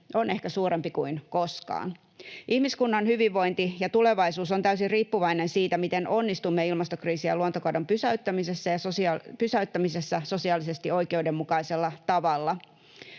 on ehkä suurempi kuin koskaan. Ihmiskunnan hyvinvointi ja tulevaisuus on täysin riippuvainen siitä, miten onnistumme ilmastokriisin ja luontokadon pysäyttämisessä sosiaalisesti oikeudenmukaisella tavalla.